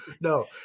no